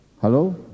hello